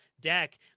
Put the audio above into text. deck